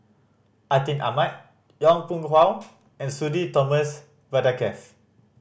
Atin Amat Yong Pung How and Sudhir Thomas Vadaketh